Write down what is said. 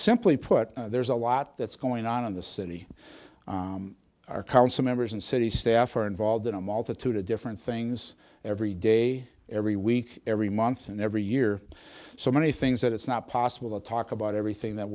simply put there's a lot that's going on in the city council members and city staff are involved in a multitude of different things every day every week every month and every year so many things that it's not possible to talk about everything that